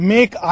Make